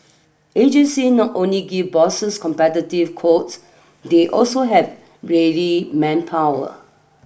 agencies not only give bosses competitive quotes they also have ready manpower